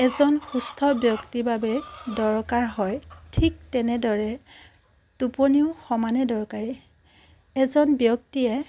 এজন সুস্থ ব্যক্তিৰ বাবে দৰকাৰ হয় ঠিক তেনেদৰে টোপনিও সমানে দৰকাৰী এজন ব্যক্তিয়ে